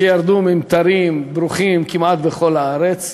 שירדו ממטרים ברוכים בכל הארץ,